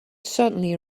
certainly